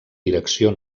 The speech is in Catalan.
direcció